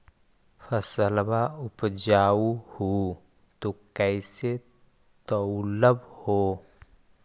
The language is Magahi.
फसलबा उपजाऊ हू तो कैसे तौउलब हो?